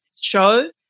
show